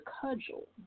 cudgel